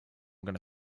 gonna